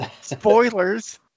Spoilers